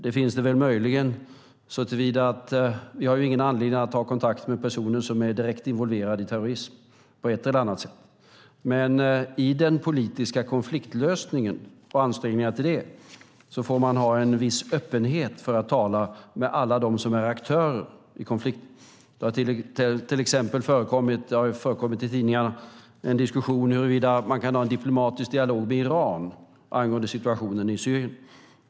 Det finns det möjligen såtillvida att vi inte har någon anledning att ta kontakt med personer som är direkt involverade i terrorism på ett eller annat sätt. Men i den politiska konfliktlösningen och ansträngningarna till det får man ha en viss öppenhet för att tala med alla dem som är aktörer i konflikten. Det har till exempel förekommit en diskussion i tidningarna om huruvida man kan ha en diplomatisk dialog med Iran angående situationen i Syrien.